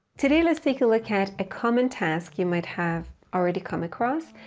today let's take a look at a common task you might have already come across,